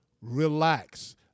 relax